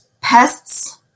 Pests